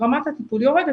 רמת הטיפול יורדת.